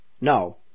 No